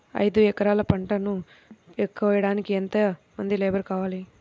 ఐదు ఎకరాల పంటను కోయడానికి యెంత మంది లేబరు కావాలి?